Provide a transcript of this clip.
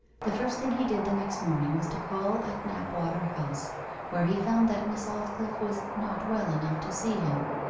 the first thing he did the next morning was to call at knapwater house where he found that miss aldclyffe was not well enough to see him.